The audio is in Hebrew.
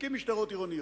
נקים משטרות עירוניות.